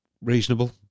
Reasonable